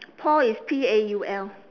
paul is P A U L